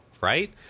right